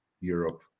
europe